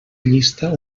llista